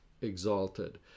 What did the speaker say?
exalted